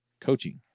coaching